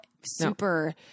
super